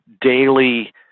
daily